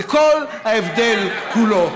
זה כל ההבדל כולו.